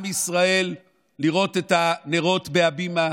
לראות את הנרות בהבימה,